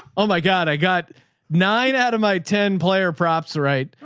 oh my god. i got nine out of my ten player props. right?